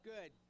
Good